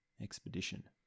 expedition